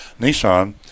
Nissan